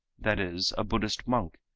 that is, a buddhist monk,